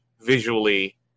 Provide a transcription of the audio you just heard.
visually